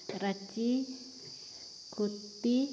Ranchi ᱠᱩᱴᱴᱤ